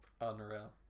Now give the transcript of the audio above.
Unreal